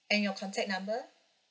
and your contact number